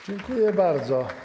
Dziękuję bardzo.